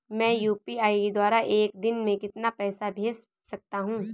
मैं यू.पी.आई द्वारा एक दिन में कितना पैसा भेज सकता हूँ?